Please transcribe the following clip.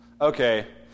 okay